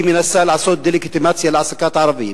היא מנסה לעשות דה-לגיטימציה להעסקת ערבים,